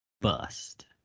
bust